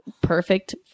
perfect